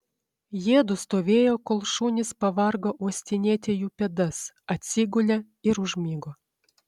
jiedu stovėjo kol šunys pavargo uostinėti jų pėdas atsigulė ir užmigo